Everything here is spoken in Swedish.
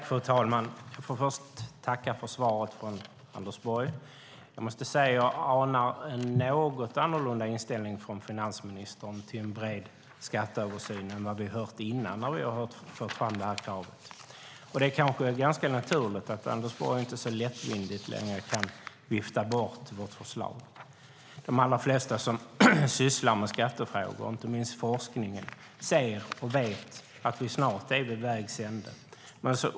Fru talman! Jag får först tacka för svaret från Anders Borg. Jag måste säga att jag anar en något annorlunda inställning från finansministern till en bred skatteöversyn än vad vi har hört innan, när jag har fört fram det här kravet. Det är kanske ganska naturligt att Anders Borg inte längre så lättvindigt kan vifta bort vårt förslag. De allra flesta som sysslar med skattefrågor, inte minst forskningen, ser och vet att vi snart är vid vägs ände.